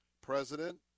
President